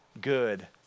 good